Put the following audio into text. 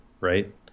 right